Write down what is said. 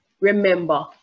Remember